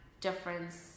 difference